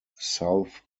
south